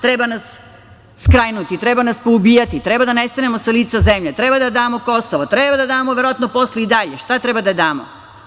Treba nas skrajnuti, treba nas poubijati, treba da nestanemo sa lica zemlje, treba da damo Kosovo, treba da damo verovatno i posle i dalje, šta treba da damo?